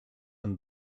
and